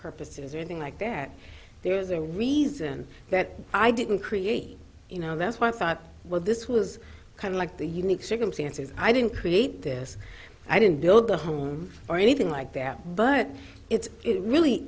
purposes or anything like that there's a reason that i didn't create you know that's why i thought well this was kind of like the unique circumstances i didn't create this i didn't build the home or anything like that but it's really